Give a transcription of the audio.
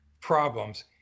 problems